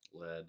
Lead